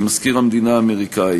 עם מזכיר המדינה האמריקני,